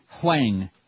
Huang